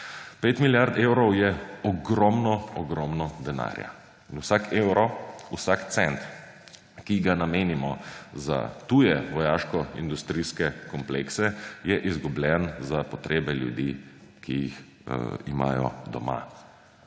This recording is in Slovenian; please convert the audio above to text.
5 milijard evrov je ogromno, ogromno denarja. In vsak evro, vsak cent, ki ga namenimo za tuje vojaško-industrijske komplekse, je izgubljen za potrebe ljudi, ki jih imajo doma.